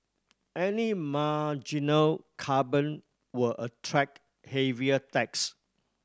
any marginal carbon will attract heavier tax